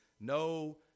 no